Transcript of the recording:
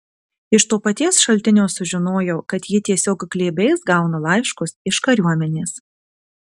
iš to paties šaltinio sužinojau kad ji tiesiog glėbiais gauna laiškus iš kariuomenės